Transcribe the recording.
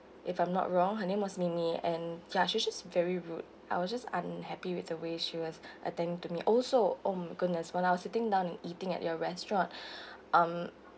if I'm not wrong her name was mini and ya she was just very rude I was just unhappy with the way she was attend to me also oh my goodness when I was sitting down and eating at your restaurant um